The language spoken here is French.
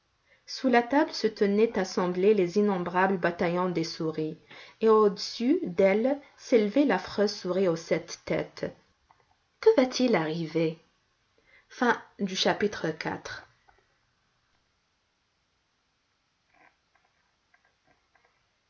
sous la table se tenaient assemblés les innombrables bataillons des souris et au-dessus d'elles s'élevait l'affreuse souris aux sept têtes que va-t-il arriver